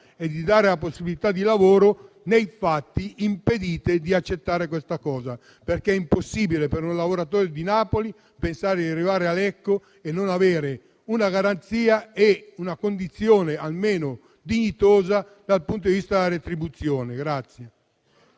e di dare possibilità di lavoro, ma nei fatti impedite di accettare le proposte. È impossibile per un lavoratore di Napoli pensare di arrivare a Lecco senza avere una garanzia e una condizione almeno dignitosa dal punto di vista della retribuzione.